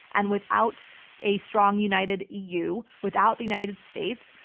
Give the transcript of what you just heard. and without a strong, united eu, without the united states,